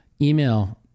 email